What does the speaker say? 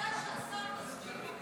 כדאי שהשר יסביר.